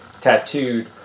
tattooed